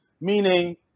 Meaning